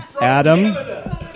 Adam